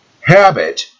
habit